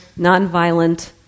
nonviolent